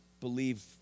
believe